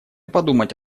подумать